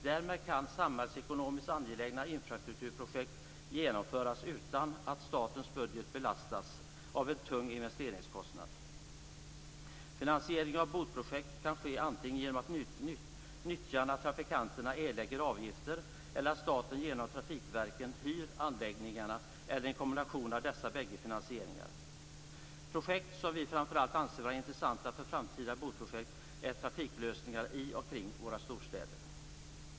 Därmed kan samhällsekonomiskt angelägna infrastrukturprojekt genomföras utan att statens budget belastas av en tung investeringskostnad. Finansieringen av BOT projekt kan ske antigen genom att nyttjarna, trafikanterna, erlägger avgifter eller genom att staten via trafikverken "hyr" anläggningarna eller en kombination av dessa bägge finansieringar. Projekt som vi framförallt anser vara intressanta för framtida BOT projekt är trafiklösningar i och kring våra storstäder.